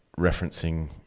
referencing